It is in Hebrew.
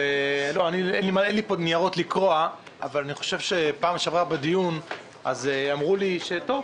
אין לי פה ניירות לקרוע אבל בדיון הקודם אמרו לי: טוב,